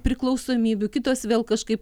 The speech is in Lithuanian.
priklausomybių kitos vėl kažkaip